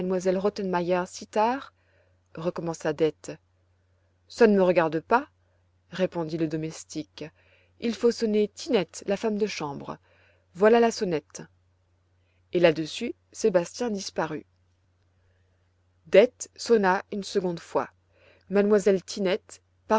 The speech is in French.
tard recommença dete ça ne me regarde pas répondit le domestique il faut sonner tinette la femme de chambre voilà la sonnette et là-dessus sébastien disparut dete sonna une seconde fois